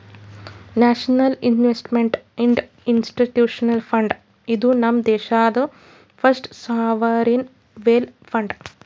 national investment and infrastructure fund, ಇದು ನಮ್ ದೇಶಾದು ಫಸ್ಟ್ ಸಾವರಿನ್ ವೆಲ್ತ್ ಫಂಡ್